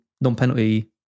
non-penalty